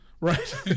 Right